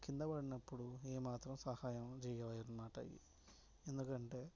మనం కింద పడినప్పుడు ఏమాత్రం సహాయం చేయవు అన్నమాట అవి ఎందుకంటే